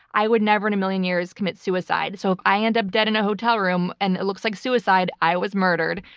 i would never in a million years commit suicide, so if i end up dead in a hotel room and it looks like suicide, i was murdered,